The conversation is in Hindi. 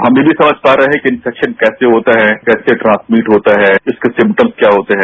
हम ये भी समझ पा रहे हैं कि इन्फेक्शन कैसे होता है कैसे ट्रांसमिट होता है इसके सिम्टम्स क्या होते हैं